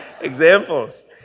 examples